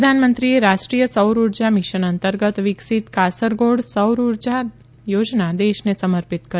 પ્રધાનમંત્રીએ રાષ્ટ્રીય સૌર ઉર્જા મિશન અંતર્ગત વિકસીત કાસરગોડ સૌર ઉર્જા યોજના દેશને સમર્પિત કરી